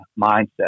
mindset